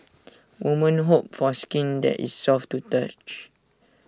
women hope for skin that is soft to touch